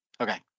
Okay